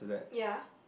ya